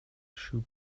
shoe